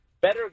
Better